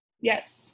Yes